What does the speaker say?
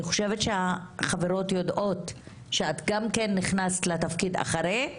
אני חושבת שהחברות יודעות שאת גם כן נכנסת לתפקיד אחרי,